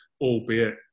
albeit